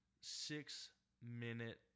six-minute